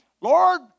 Lord